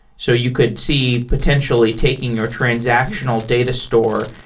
so you could see potentially taking your transactional data store,